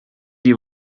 die